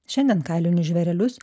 šiandien kailinius žvėrelius